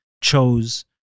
chose